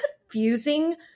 confusing